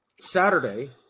Saturday